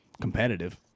competitive